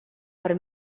per